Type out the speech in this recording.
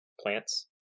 plants